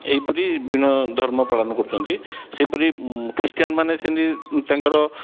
ଏହିପରି ବିଭିନ୍ନ ଧର୍ମ ପାଳନ କରୁଛନ୍ତି ସେହିପରି ଖ୍ରୀଷ୍ଟିଆନମାନେ ସେମିତି ତାଙ୍କର